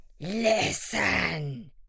Listen